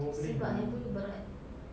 sebab yang itu itu berat